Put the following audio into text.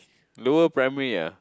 lower primary ah